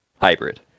hybrid